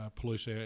police